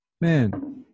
Man